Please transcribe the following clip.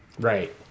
right